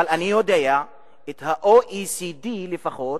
אבל אני יודע שה-OECD לפחות